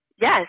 Yes